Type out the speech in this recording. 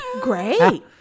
Great